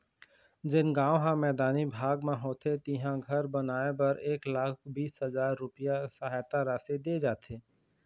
जेन गाँव ह मैदानी भाग म होथे तिहां घर बनाए बर एक लाख बीस हजार रूपिया सहायता राशि दे जाथे